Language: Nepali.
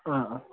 अँ